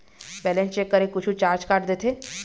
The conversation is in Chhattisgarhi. बैलेंस चेक करें कुछू चार्ज काट देथे?